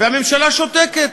והממשלה שותקת.